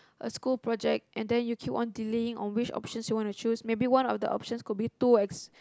a school project and then you keep on delaying on which options you wanna choose maybe one of the options could be too ex